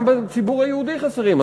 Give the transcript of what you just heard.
גם בציבור היהודי חסרים,